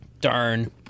darn